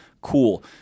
Cool